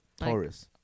Taurus